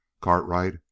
Cartwright